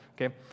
okay